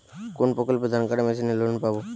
কোন প্রকল্পে ধানকাটা মেশিনের লোন পাব?